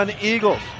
Eagles